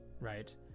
right